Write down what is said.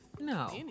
No